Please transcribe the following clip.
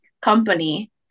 company